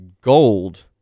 gold